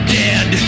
dead